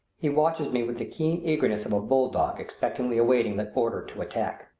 he watches me with the keen earnestness of a bull-dog expectantly awaiting the order to attack.